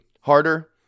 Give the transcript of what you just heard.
harder